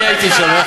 אני הייתי שם.